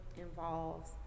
involves